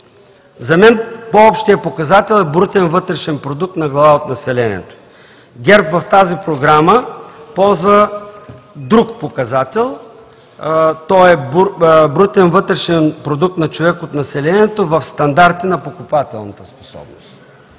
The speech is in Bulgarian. За мен по-общият показател е брутен вътрешен продукт на глава от населението. ГЕРБ в тази програма ползва друг показател, той е брутен вътрешен продукт на човек от населението в стандарти на покупателната способност.